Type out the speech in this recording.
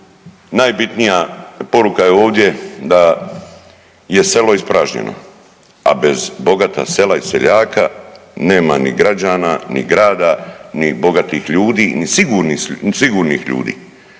najbitnija poruka je ovdje da je selo ispražnjeno. A bez bogata sela i seljaka nema ni građana, ni grada, ni bogatih ljudi, ni sigurnih ljudi.